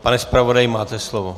Pane zpravodaji, máte slovo.